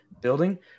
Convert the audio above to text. building